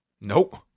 Nope